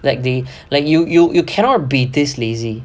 like they like you you you cannot be this lazy